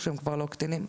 כשהם כבר לא קטינים,